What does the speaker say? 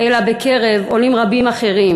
אלא בקרב עולים רבים אחרים.